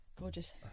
Gorgeous